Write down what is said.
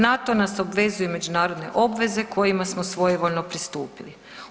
Na to nas obvezuju međunarodne obveze kojima smo svojevoljno pristupili.